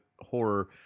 horror